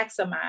maximize